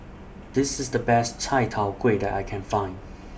This IS The Best Chai Tow Kway that I Can Find